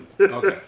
Okay